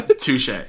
Touche